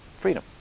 freedom